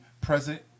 present